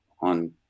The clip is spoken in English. on